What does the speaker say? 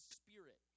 spirit